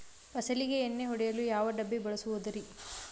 ಫಸಲಿಗೆ ಎಣ್ಣೆ ಹೊಡೆಯಲು ಯಾವ ಡಬ್ಬಿ ಬಳಸುವುದರಿ?